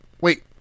Wait